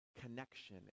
connection